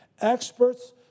Experts